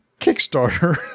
kickstarter